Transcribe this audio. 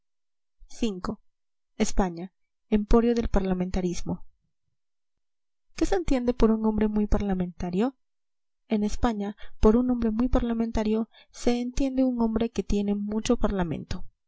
v españa emporio del parlamentarismo qué se entiende por un hombre muy parlamentario en españa por un hombre muy parlamentario se enriende un hombre que tiene mucho parlamento